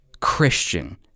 Christian